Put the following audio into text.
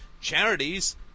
charities